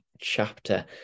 chapter